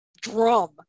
drum